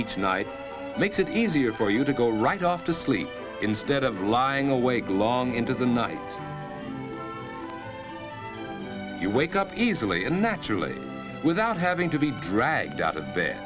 each night makes it easier for you to go right off to sleep instead of lying awake long into the night you wake up easily and naturally without having to be dragged out of bed